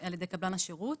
על ידי קבלן השירות.